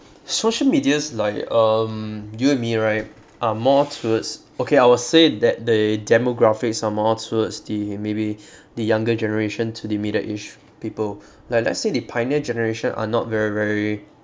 social medias like um you and me right are more towards okay I will say that the demographics are more towards the maybe the younger generation to the middle aged people like let's say the pioneer generation are not very very